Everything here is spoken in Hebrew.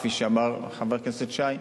כפי שאמר חבר הכנסת שי,